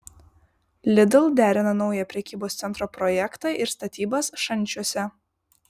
lidl derina naują prekybos centro projektą ir statybas šančiuose